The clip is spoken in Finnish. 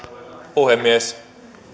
puhemies